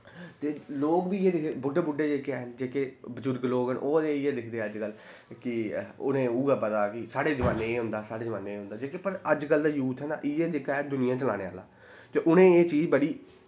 ते लोग बी इ'यै दिखदे बुड्ढे बुड्ढे जेह्के हैन जेह्के बजुर्ग लोग न ओह् ते इ'यै दिखदे अज्जकल कि उ'नें उऐ पता कि साढ़े जमान्ने एह् होंदा साढ़े जमान्ने एह् होंदा जेह्के पर अज्जकल दा यूथ ऐ ना इ'यै जेह्का ऐ दुनियां चलाने आह्ला ते उ'नें एह् चीज बड़ी